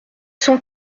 cent